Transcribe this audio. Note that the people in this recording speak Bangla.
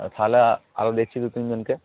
ও তাহলে আরও দেখছি দুতিনজনকে